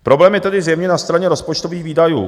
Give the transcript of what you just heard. Problém je tedy zjevně na straně rozpočtových výdajů.